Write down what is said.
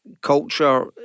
culture